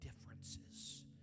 differences